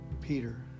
Peter